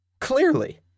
clearly